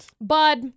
Bud